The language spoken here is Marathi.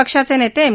पक्षाचे नेते एम